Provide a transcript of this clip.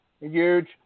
Huge